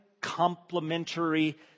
complementary